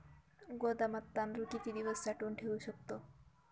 गोदामात तांदूळ किती दिवस साठवून ठेवू शकतो?